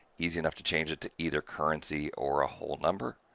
easy enough to change it to either currency or a whole number,